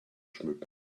schmücken